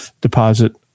deposit